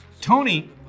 Tony